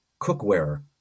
cookware